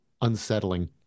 unsettling